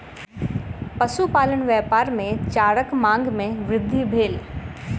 पशुपालन व्यापार मे चाराक मांग मे वृद्धि भेल